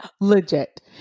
legit